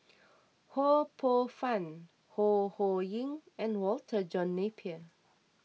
Ho Poh Fun Ho Ho Ying and Walter John Napier